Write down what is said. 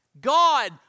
God